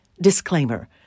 Disclaimer